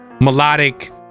melodic